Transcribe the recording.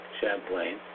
Champlain